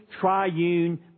triune